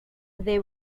they